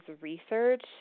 research